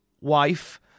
wife